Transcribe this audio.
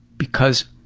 because